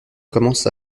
commence